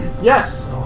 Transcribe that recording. yes